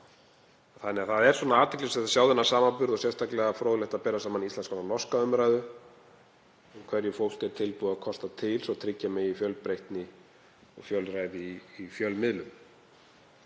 og það er athyglisvert að sjá þennan samanburð og sérstaklega fróðlegt að bera saman íslenska og norska umræðu, hverju fólk er tilbúið að kosta til svo að tryggja megi fjölbreytni og fjölræði í fjölmiðlum.